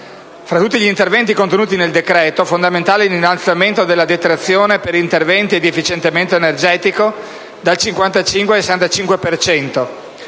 Fra tutti gli interventi contenuti nel decreto, fondamentale è l'innalzamento della detrazione per interventi di efficientamento energetico dal 55 al 65